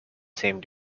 same